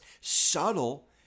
Subtle